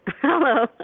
Hello